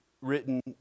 written